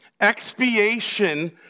expiation